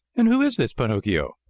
and who is this pinocchio?